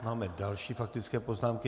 Máme další faktické poznámky.